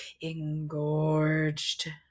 engorged